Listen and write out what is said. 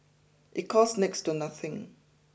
it costs next to nothing